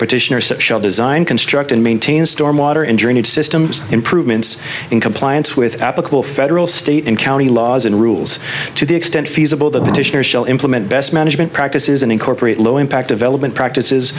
petitioner shall design construct and maintain storm water and drainage systems improvements in compliance with applicable federal state and county laws and rules to the extent feasible the petitioners shell implement best management practices and incorporate low impact of element practices